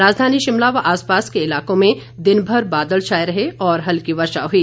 राजधानी शिमला व आसपास के इलाकों में दिनभर बादल छाए रहे और हल्की वर्षा हुई